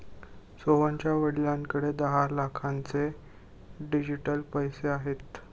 सोहनच्या वडिलांकडे दहा लाखांचे डिजिटल पैसे आहेत